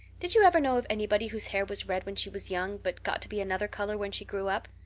did you ever know of anybody whose hair was red when she was young, but got to be another color when she grew up?